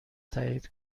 تایید